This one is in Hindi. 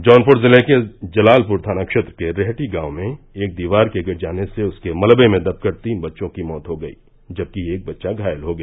जौनपुर जिले के जलालपुर थाना क्षेत्र के रेहटी गांव में एक दीवार के गिर जाने से उसके मलबे में दब कर तीन बच्चों की मौत हो गयी जबकि एक बच्चा घायल हो गया